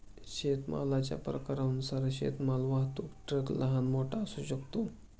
शेतमालाच्या प्रकारानुसार शेतमाल वाहतूक ट्रक लहान, मोठा असू शकतो